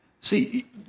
See